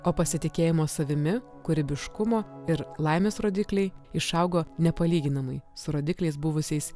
o pasitikėjimo savimi kūrybiškumo ir laimės rodikliai išaugo nepalyginamai su rodikliais buvusiais